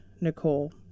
nicole